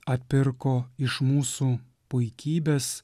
atpirko iš mūsų puikybės